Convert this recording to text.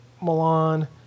Milan